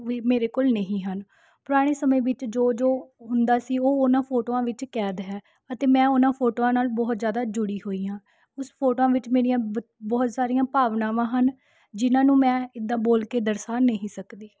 ਵੀ ਮੇਰੇ ਕੋਲ ਨਹੀਂ ਹਨ ਪੁਰਾਣੇ ਸਮੇਂ ਵਿੱਚ ਜੋ ਜੋ ਹੁੰਦਾ ਸੀ ਉਹ ਉਹਨਾਂ ਫੋਟੋਆਂ ਵਿੱਚ ਕੈਦ ਹੈ ਅਤੇ ਮੈਂ ਉਹਨਾਂ ਫੋਟੋਆਂ ਨਾਲ ਬਹੁਤ ਜ਼ਿਆਦਾ ਜੁੜੀ ਹੋਈ ਹਾਂ ਉਸ ਫੋਟੋਆਂ ਵਿੱਚ ਮੇਰੀਆਂ ਬ ਬਹੁਤ ਸਾਰੀਆਂ ਭਾਵਨਾਵਾਂ ਹਨ ਜਿਨ੍ਹਾਂ ਨੂੰ ਮੈਂ ਇੱਦਾਂ ਬੋਲ ਕੇ ਦਰਸਾ ਨਹੀਂ ਸਕਦੀ